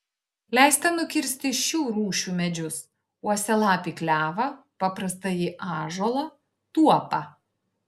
leista nukirsti šių rūšių medžius uosialapį klevą paprastąjį ąžuolą tuopą